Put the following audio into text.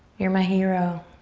you're my hero.